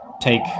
take